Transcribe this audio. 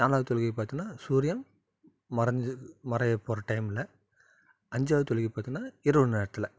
நாலாவது தொழுகையை பார்த்தம்னா சூரியன் மறைஞ்சி மறைய போகற டைம்மில் அஞ்சாவது தொழுகை பார்த்தம்னா இரவு நேரத்தில்